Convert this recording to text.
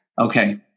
Okay